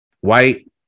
white